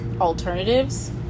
alternatives